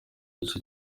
gice